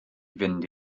fynd